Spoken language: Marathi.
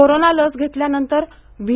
कोरोना लस घेतल्यानंतर व्ही